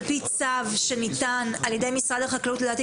על פי צו שניתן על ידי משרד החקלאות לפני